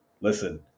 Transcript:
listen